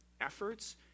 efforts